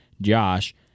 Josh